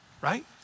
right